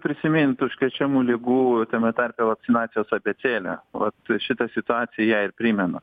prisimint užkrečiamų ligų tame tarpe vakcinacijos abėcėlę vat šita situacija ją ir primena